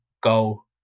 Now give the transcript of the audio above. go